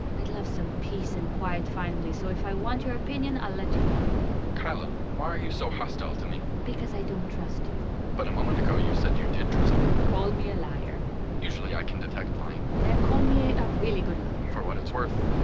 i'd love some peace and quiet finally, so if i want your opinion i'll let you know keila, why are you so hostile to me? because i don't trust you but a moment ago, you said you did trust me call me a liar usually i can detect lying then call me a really good liar for what it's worth,